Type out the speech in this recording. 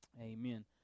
amen